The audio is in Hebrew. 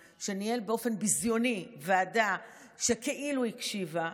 שניהל באופן ביזיוני ועדה שכאילו הקשיבה,